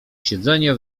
siedzenie